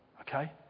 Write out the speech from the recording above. Okay